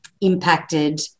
impacted